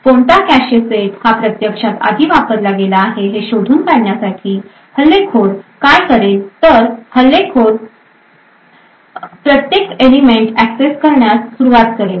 कोणता cache set हा प्रत्यक्षात आधी वापरला गेला आहे हे शोधून काढण्यासाठी हल्लेखोर काय करेल तर हल्लेखोर आणि मधील प्रत्येक एलिमेंट एक्सेस करण्यास सुरुवात करेल